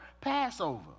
Passover